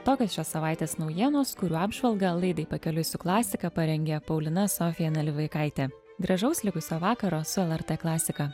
tokios šios savaitės naujienos kurių apžvalgą laidai pakeliui su klasika parengė paulina sofija nalivaikaitė gražaus likusio vakaro su lrt klasika